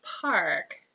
Park